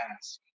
ask